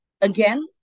again